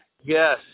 Yes